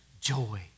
joy